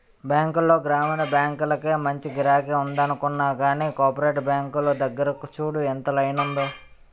బాంకుల్లో గ్రామీణ బాంకులకే మంచి గిరాకి ఉందనుకున్నా గానీ, కోపరేటివ్ బాంకుల దగ్గర చూడు ఎంత లైనుందో?